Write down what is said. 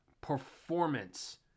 performance